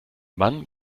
mann